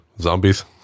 zombies